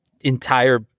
entire